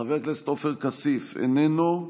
חבר הכנסת עופר כסיף, איננו,